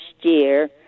year